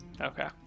Okay